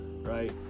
right